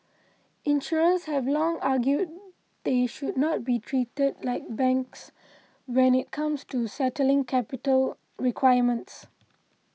insurers have long argued they should not be treated like banks when it comes to settling capital requirements